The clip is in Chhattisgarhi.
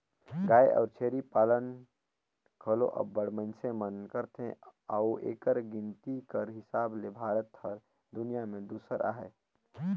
गाय अउ छेरी पालन घलो अब्बड़ मइनसे मन करथे अउ एकर गिनती कर हिसाब ले भारत हर दुनियां में दूसर अहे